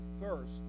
first